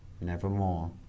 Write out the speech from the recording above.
nevermore